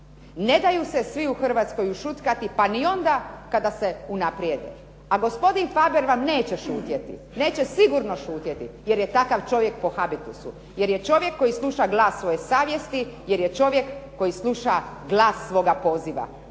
Ne daju se svi u Hrvatskoj ušutkati pa ni onda kada se unaprijede, a gospodin Faber vam neće šutjeti. Neće sigurno šutjeti jer je takav čovjek po habitusu, jer je čovjek koji sluša glas svoje savjesti, jer je čovjek koji sluša glas svoga poziva